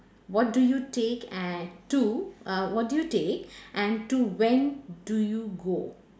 what do you take and two uh what do you take and two when do you go